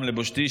גם לבושתי,